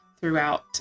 throughout